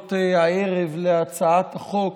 ההתייחסויות הערב להצעת החוק